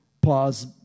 Pause